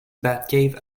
batcave